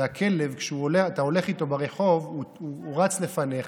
זה הכלב, כשאתה הולך איתו ברחוב הוא רץ לפניך,